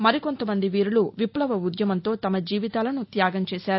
మరి కొంతమంది వీరులు విప్లవ ఉద్యమంతో తమ జీవితాలను త్యాగం చేశారు